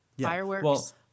fireworks